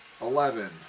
Eleven